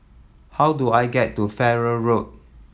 how do I get to Farrer Road